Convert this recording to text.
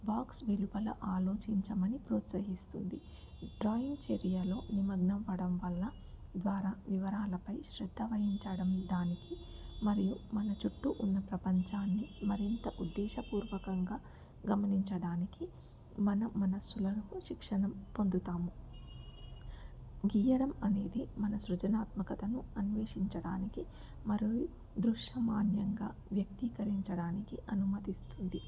box నిలువలు ఆలోచించమని ప్రోత్సహిస్తుంది డ్రాయింగ్ చర్యలో నిమగ్నం అవ్వడం వల్ల ద్వారా వివరాలపై శ్రద్ధ వహించడం దానికి మరియు మన చుట్టూ ఉన్న ప్రపంచాన్ని మరింత ఉద్దేశపూర్వకంగా గమనించడానికి మన మనస్సులను శిక్షణం పొందుతాము గీయడం అనేది మన సృజనాత్మకతను అన్వేషించడానికి మరియు దృశ్యమానంగా వ్యక్తీకరించడానికి అనుమతిస్తుంది